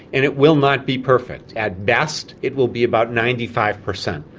and it will not be perfect. at best it will be about ninety five percent.